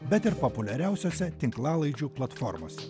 bet ir populiariausiose tinklalaidžių platformose